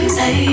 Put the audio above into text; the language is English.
say